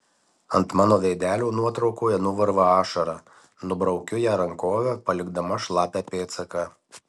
ant mano veidelio nuotraukoje nuvarva ašara nubraukiu ją rankove palikdama šlapią pėdsaką